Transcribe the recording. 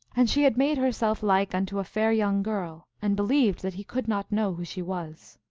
and she had made herself like unto a fair young girl, and believed that he could not know who she was.